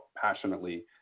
passionately